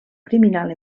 criminal